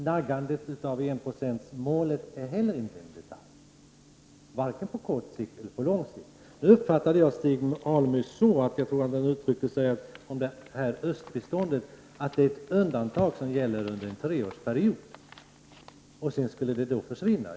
Naggandet av enprocentsmålet är inte heller någon detalj, varken på kort eller på lång sikt. Jag uppfattade Stig Alemyr så att östbiståndet är ett undantag som gäller under en treårsperiod för att sedan försvinna.